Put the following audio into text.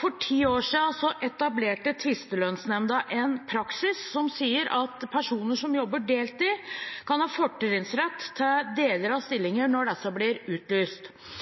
For ti år siden etablerte Tvisteløsningsnemnda en praksis som sier at personer som jobber deltid, kan ha fortrinnsrett til deler av stillinger når disse blir utlyst.